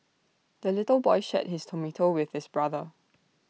the little boy shared his tomato with his brother